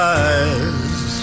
eyes